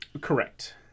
Correct